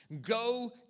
Go